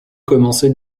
commencer